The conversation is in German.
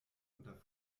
unter